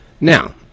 Now